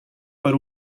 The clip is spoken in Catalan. per